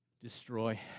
destroy